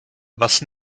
was